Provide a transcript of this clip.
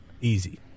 Easy